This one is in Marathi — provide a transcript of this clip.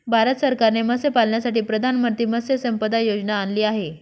भारत सरकारने मत्स्यपालनासाठी प्रधानमंत्री मत्स्य संपदा योजना आणली आहे